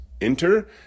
enter